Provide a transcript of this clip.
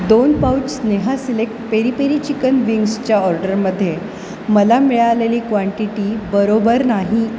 दोन पाउच स्नेहा select peri peri chicken विंग्सच्या ऑर्डरमध्ये मला मिळालेली क्वांटिटी बरोबर नाही